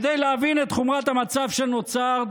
כדי להבין את חומרת המצב שנוצר,